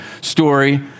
story